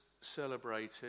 celebrated